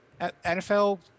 NFL